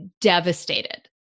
devastated